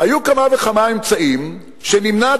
היו כמה וכמה אמצעים שנמנעתם,